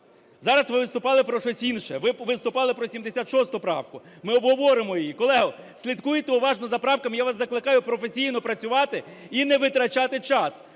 Зараз ви виступали про щось інше. Ви виступали про 76 правку, ми обговоримо її. Колеги, слідкуйте уважно за правками. Я вас закликаю професійно працювати і не витрачати час,